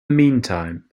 meantime